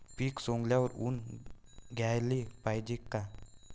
पीक सवंगल्यावर ऊन द्याले पायजे का?